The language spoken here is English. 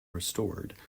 restored